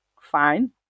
Fine